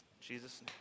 Jesus